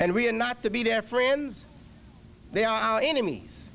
and we are not to be their friends they are our enem